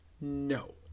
No